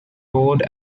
board